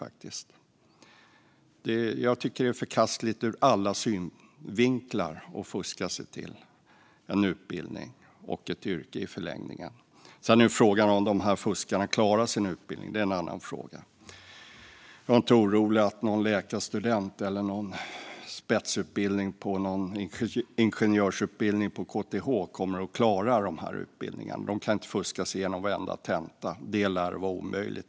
Jag tycker att det är förkastligt ur alla synvinklar att fuska sig till en utbildning och i förlängningen ett yrke. Sedan är frågan om fuskarna klarar sin utbildning. Det är en annan fråga. Jag är inte orolig när det gäller någon som studerat till läkare eller någon som gått en spetsutbildning inom någon ingenjörsutbildning på KTH. De kan inte fuska sig igenom varenda tenta. Det lär vara omöjligt.